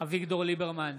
אביגדור ליברמן,